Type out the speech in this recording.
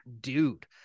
dude